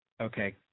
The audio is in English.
Okay